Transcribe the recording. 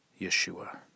Yeshua